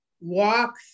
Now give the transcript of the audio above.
walk